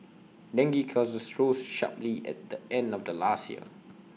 dengue cases rose sharply at the end of last year